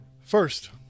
First